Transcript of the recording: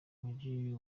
mujyi